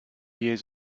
years